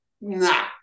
Nah